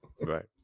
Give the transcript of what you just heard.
Right